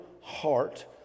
heart